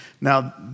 Now